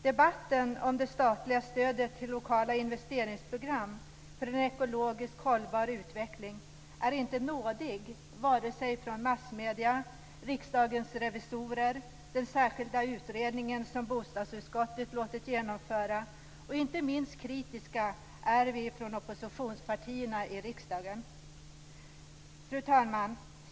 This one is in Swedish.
Debatten om det statliga stödet till lokala investeringsprogram för en ekologiskt hållbar utveckling är inte nådig vare sig från massmedier eller Riksdagens revisorer eller i den särskilda utredning som bostadsutskottet låtit genomföra. Inte minst kritiska är vi från oppositionspartierna i riksdagen. Fru talman!